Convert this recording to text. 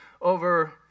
over